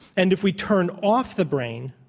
and if we turn off the brain,